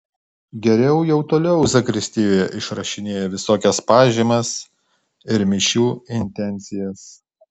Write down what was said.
geriau jau toliau zakristijoje išrašinėja visokias pažymas ir mišių intencijas